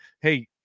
hey